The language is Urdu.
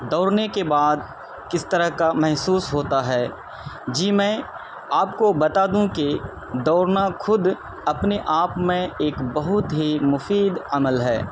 دوڑنے کے بعد کس طرح کا محسوس ہوتا ہے جی میں آپ کو بتا دوں کہ دوڑنا خود اپنے آپ میں ایک بہت ہی مفید عمل ہے